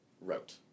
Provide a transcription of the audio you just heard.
wrote